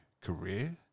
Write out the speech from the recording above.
career